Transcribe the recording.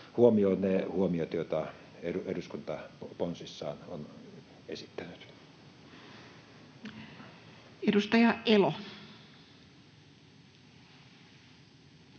huomioon ne huomiot, joita eduskunta ponsissaan on esittänyt. Edustaja Elo